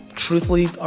Truthfully